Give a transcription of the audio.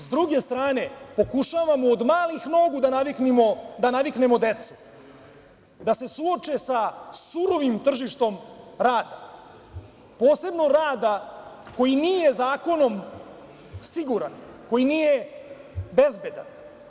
Sa druge strane, pokušavamo od malih nogu da naviknemo decu da se suoče sa surovim tržištem rada, posebno rada koji nije zakonom siguran i koji nije bezbedan.